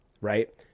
right